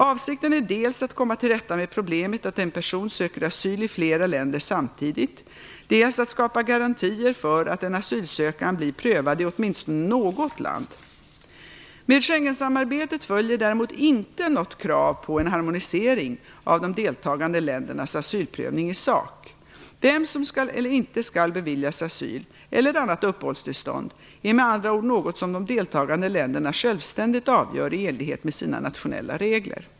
Avsikten är dels att komma till rätta med problemet att en person söker asyl i flera länder samtidigt, dels att skapa garantier för att en asylansökan blir prövad i åtminstone något land. Med Schengensamarbetet följer däremot inte något krav på en harmonisering av de deltagande ländernas asylprövning i sak. Vem som skall eller inte skall beviljas asyl - eller annat uppehållstillstånd - är med andra ord något som de deltagande länderna självständigt avgör i enlighet med sina nationella regler.